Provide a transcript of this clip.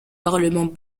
parlement